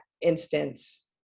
instance